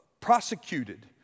prosecuted